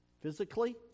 Physically